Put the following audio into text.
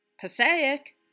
Passaic